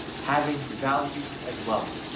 having values as well.